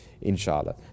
inshallah